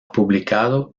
publicado